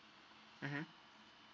mmhmm